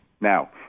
Now